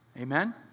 Amen